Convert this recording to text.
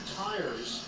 tires